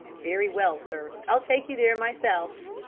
very well, sir. i'll take you there myself,